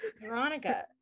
Veronica